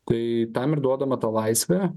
tai tam ir duodama ta laisvė